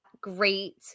great